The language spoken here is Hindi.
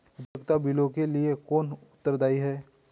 उपयोगिता बिलों के लिए कौन उत्तरदायी है?